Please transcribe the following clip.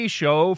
show